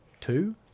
Two